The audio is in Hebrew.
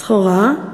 סחורה,